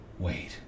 Wait